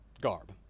garb